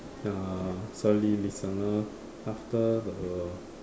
ya sorry listener after the